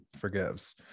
forgives